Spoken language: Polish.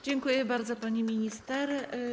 Dziękuję bardzo, pani minister.